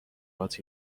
هات